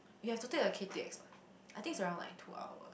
you have to take the K_T_X one I think is around like two hours